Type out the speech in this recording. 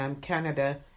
Canada